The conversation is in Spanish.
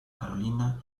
carolina